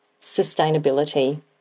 sustainability